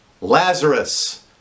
Lazarus